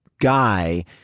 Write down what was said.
guy